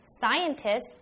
scientists